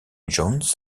jones